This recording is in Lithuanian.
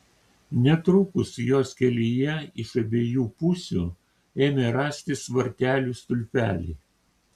netrukus jos kelyje iš abiejų pusių ėmė rastis vartelių stulpeliai